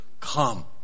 come